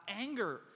anger